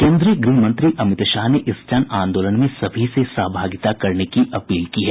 केन्द्रीय गृहमंत्री अमित शाह ने इस जन आंदोलन में सभी से सहभागिता करने की अपील की है